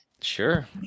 sure